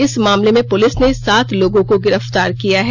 इस मामले में पुलिस ने सात लोगों को गिरफ्तार किया है